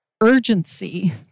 urgency